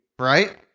Right